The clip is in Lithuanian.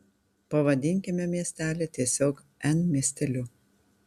pavadinkime miestelį tiesiog n miesteliu